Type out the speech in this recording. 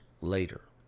later